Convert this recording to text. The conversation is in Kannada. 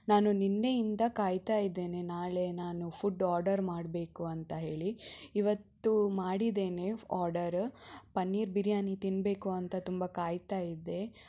ನಾನು ನಿನ್ನೆಯಿಂದ ಕಾಯ್ತಾ ಇದ್ದೇನೆ ನಾಳೆ ನಾನು ಫುಡ್ ಆರ್ಡರ್ ಮಾಡಬೇಕು ಅಂತ ಹೇಳಿ ಇವತ್ತು ಮಾಡಿದ್ದೇನೆ ಆರ್ಡರ ಪನ್ನೀರ್ ಬಿರ್ಯಾನಿ ತಿನ್ನಬೇಕು ಅಂತ ತುಂಬ ಕಾಯ್ತಾ ಇದ್ದೆ